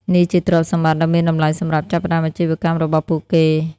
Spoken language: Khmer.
នេះជាទ្រព្យសម្បត្តិដ៏មានតម្លៃសម្រាប់ចាប់ផ្តើមអាជីវកម្មរបស់ពួកគេ។